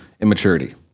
immaturity